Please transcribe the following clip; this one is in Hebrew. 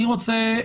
אני רוצה